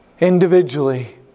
individually